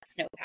snowpack